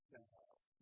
Gentiles